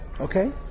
Okay